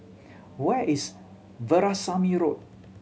where is Veerasamy Road